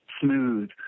smooth